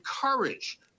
courage